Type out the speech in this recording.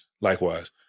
Likewise